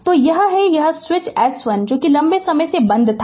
Refer Slide Time 2635 तो यह है यह स्विच S1 लंबे समय से बंद था